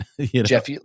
Jeff